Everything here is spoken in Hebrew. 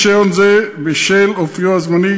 לאט, סוג רישיון זה, בשל אופיו הזמני,